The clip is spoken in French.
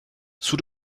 sous